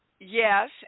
Yes